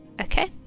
Okay